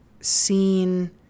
seen